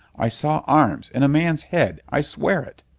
i saw arms and a man's head! i swear it!